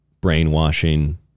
brainwashing